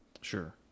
Sure